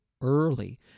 early